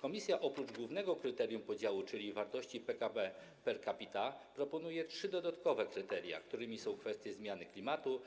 Komisja oprócz głównego kryterium podziału, czyli wartości PKB per capita, proponuje trzy dodatkowe kryteria, którymi są kwestie zmiany klimatu,